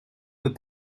peut